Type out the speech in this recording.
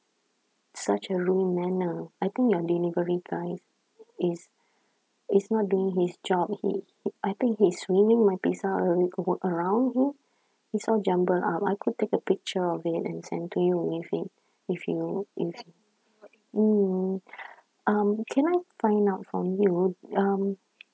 such a ruined manner I think your delivery guy is is not doing his job he I think he's swinging my pizza a~ go around him it's all jumbled up I could take a picture of it and send to you if it if you if mm um can I find out from you um